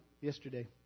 yesterday